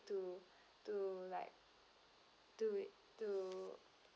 to to like to it to